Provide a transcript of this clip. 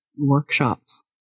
workshops